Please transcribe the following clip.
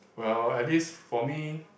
well at least for me